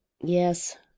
YES